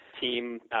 team